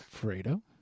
Fredo